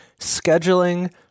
scheduling